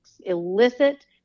illicit